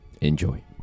Enjoy